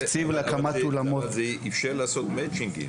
אבל זה אפשר לעשות מצ'ינג.